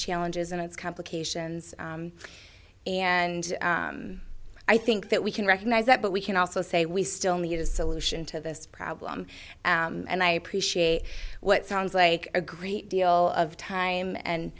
challenges and its complications and i think that we can recognize that but we can also say we still need a solution to this problem and i appreciate what sounds like a great deal of time